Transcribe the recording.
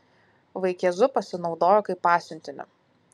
vaikėzu pasinaudojo kaip pasiuntiniu